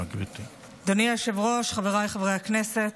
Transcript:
אדוני היושב-ראש, חבריי חברי הכנסת,